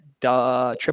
triple